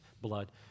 blood